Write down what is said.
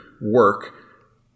work